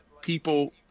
people